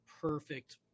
perfect